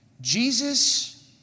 Jesus